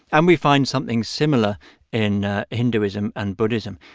and we find something similar in hinduism and buddhism.